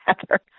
together